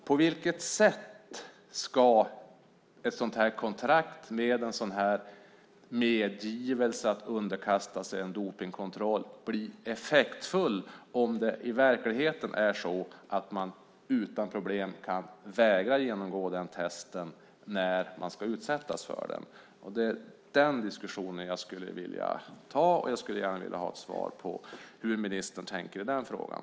På vilket sätt ska ett sådant här kontrakt med ett medgivande att underkasta sig en dopningskontroll bli effektfullt om det i verkligheten är så att man utan problem kan vägra genomgå testet när man ska utsättas för det? Det är den diskussionen jag skulle vilja ta. Jag skulle gärna vilja ha ett svar på hur ministern tänker i frågan.